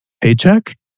paycheck